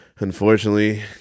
Unfortunately